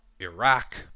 Iraq